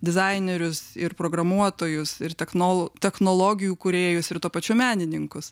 dizainerius ir programuotojus ir technol technologijų kūrėjus ir tuo pačiu menininkus